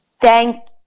Thank